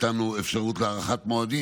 נתנו אפשרות להארכת מועדים,